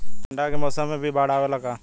ठंडा के मौसम में भी बाढ़ आवेला का?